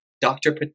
doctor